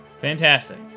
Fantastic